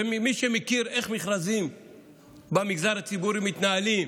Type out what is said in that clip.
ומי שמכיר איך מכרזים במגזר הציבורי מתנהלים,